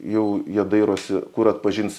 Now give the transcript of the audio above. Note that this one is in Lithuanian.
jau jie dairosi kur atpažins